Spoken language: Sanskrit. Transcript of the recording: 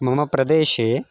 मम प्रदेशे